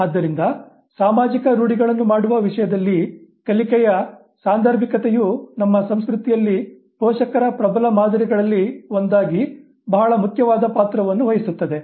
ಮತ್ತು ಆದ್ದರಿಂದ ಸಾಮಾಜಿಕ ರೂಢಿಗಳನ್ನು ಮಾಡುವ ವಿಷಯದಲ್ಲಿ ಕಲಿಕೆಯ ಸಾಂದರ್ಭಿಕತೆಯು ನಮ್ಮ ಸಂಸ್ಕೃತಿಯಲ್ಲಿ ಪೋಷಕರ ಪ್ರಬಲ ಮಾದರಿಗಳಲ್ಲಿ ಒಂದಾಗಿ ಬಹಳ ಮುಖ್ಯವಾದ ಪಾತ್ರವನ್ನು ವಹಿಸುತ್ತದೆ